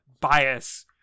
bias